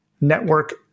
Network